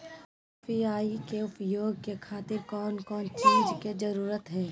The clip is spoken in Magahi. यू.पी.आई के उपयोग के खातिर कौन कौन चीज के जरूरत है?